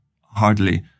hardly